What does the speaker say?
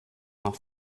nach